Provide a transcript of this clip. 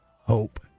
hope